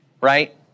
right